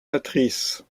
patrice